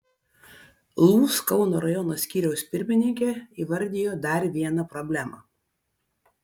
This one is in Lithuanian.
lūs kauno rajono skyriaus pirmininkė įvardijo dar vieną problemą